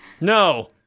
No